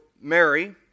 Mary